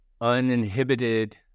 uninhibited